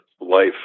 life